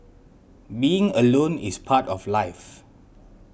being alone is part of life